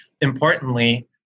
importantly